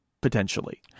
potentially